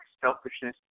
selfishness